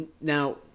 now